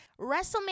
wrestlemania